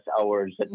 hours